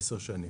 10 שנים.